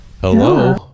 Hello